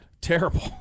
Terrible